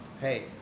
Hey